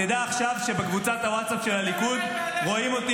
תדע עכשיו שבקבוצת הווטסאפ של הליכוד רואים אותי,